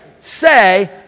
say